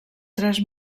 tres